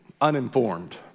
uninformed